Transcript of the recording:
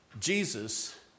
Jesus